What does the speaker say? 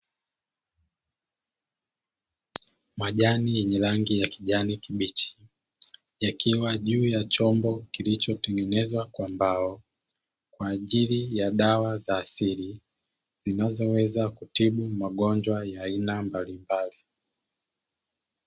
Majani yenye rangi ya kijani kibichi yakiwa juu ya chombo kilichotengenezwa kwa mbao, kwa ajili ya dawa za asili, zinazoweza kutibu magonjwa ya aina mbalimbali.